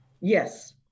Yes